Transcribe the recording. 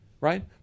Right